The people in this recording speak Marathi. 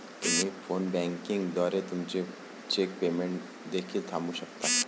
तुम्ही फोन बँकिंग द्वारे तुमचे चेक पेमेंट देखील थांबवू शकता